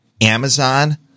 Amazon